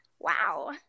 Wow